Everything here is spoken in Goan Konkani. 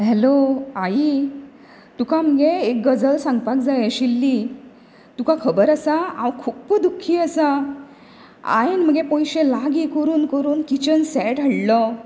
हॅलो आई तुका मगे एक गजाल सांगपाक जाय आशिल्ली तुकां खबर आसा हांव खूब्ब दुख्खी आसां हायेन मगे पयशे लागीं करुन करुन किचन सेट हाडलो